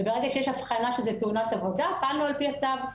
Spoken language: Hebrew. וברגע שיש אבחנה שזו תאונת עבודה, פעלנו לפי הצו.